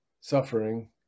suffering